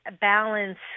balance